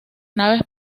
naves